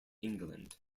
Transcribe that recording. england